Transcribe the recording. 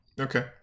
okay